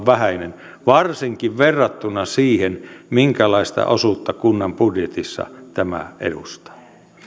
vähäinen varsinkin verrattuna siihen minkälaista osuutta kunnan budjetissa tämä edustaa